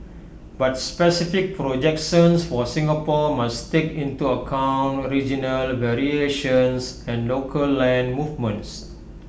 but specific projections for Singapore must take into account regional variations and local land movements